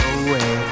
away